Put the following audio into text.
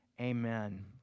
Amen